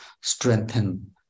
strengthen